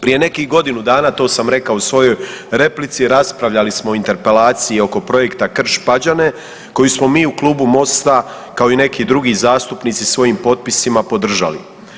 Prije nekih godinu dana, to sam rekao i u svojoj replici, raspravljali smo o interpelaciji oko projekta Krš-Pađane koji smo mi u Klubu MOST-a kao i neki drugi zastupnici svojim potpisima podržali.